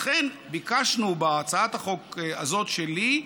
לכן ביקשנו, בהצעת החוק הזאת שלי,